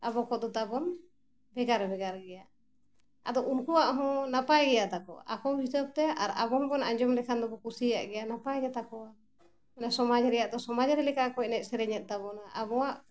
ᱟᱵᱚ ᱠᱚᱫᱚ ᱛᱟᱵᱚᱱ ᱵᱷᱮᱜᱟᱨ ᱵᱷᱮᱜᱟᱨ ᱜᱮᱭᱟ ᱟᱫᱚ ᱩᱱᱠᱩᱣᱟᱜ ᱦᱚᱸ ᱱᱟᱯᱟᱭ ᱜᱮᱭᱟ ᱛᱟᱠᱚ ᱟᱠᱚ ᱦᱤᱥᱟᱹᱵᱽ ᱛᱮ ᱟᱨ ᱟᱵᱚ ᱦᱚᱸᱵᱚᱱ ᱟᱸᱡᱚᱢ ᱞᱮᱠᱷᱟᱱ ᱫᱚᱵᱚᱱ ᱠᱩᱥᱤᱭᱟᱜ ᱜᱮᱭᱟ ᱱᱟᱯᱟᱭ ᱜᱮᱛᱟ ᱠᱚᱣᱟ ᱚᱱᱮ ᱥᱚᱢᱟᱡᱽ ᱨᱮᱟᱱᱜ ᱫᱚ ᱥᱚᱢᱟᱡᱽ ᱨᱮ ᱞᱮᱠᱟ ᱠᱚ ᱮᱱᱮᱡ ᱥᱮᱨᱮᱧᱮᱫ ᱛᱟᱵᱚᱱᱟ ᱟᱵᱚᱣᱟᱜ